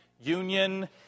union